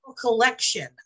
collection